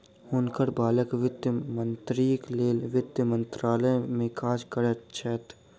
हुनकर बालक वित्त मंत्रीक लेल वित्त मंत्रालय में काज करैत छैथ